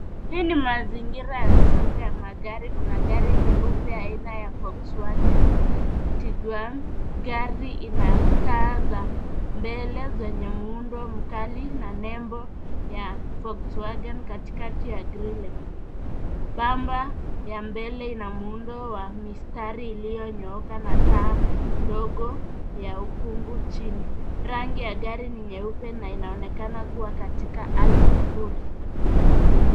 Hii ni mazingira ya soko ya magari. Kuna gari jeupe aina ya Volkswagen Tiguan . Gari ina taa za mbele zenye muundo mkali na nembo ya Volkswagen katikati ya grili . Bamba ya mbele ina muundo wa mistari iliyonyooka na taa ndogo ya ukungu chini. Rangi ya gari ni nyeupe na inaonekana kuwa katika hali mzuri.